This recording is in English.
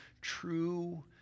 true